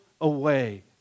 away